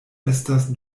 estas